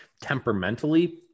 temperamentally